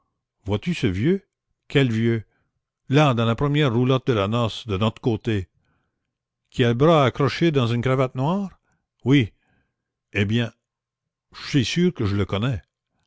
vois-tu ce vieux quel vieux là dans la première roulotte de la noce de notre côté qui a le bras accroché dans une cravate noire oui eh bien je suis sûr que je le connais